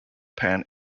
pan